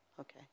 Okay